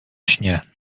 śnie